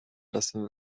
lassen